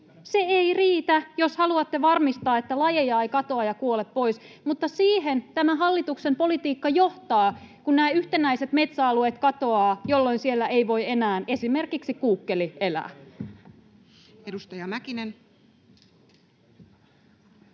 Se ei riitä, jos haluatte varmistaa, että lajeja ei katoa ja kuole pois. Mutta siihen tämä hallituksen politiikka johtaa, kun nämä yhtenäiset metsäalueet katoavat, jolloin siellä ei voi enää esimerkiksi kuukkeli elää. Edustaja Mäkinen.